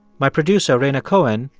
my producer, rhaina cohen,